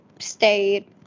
stayed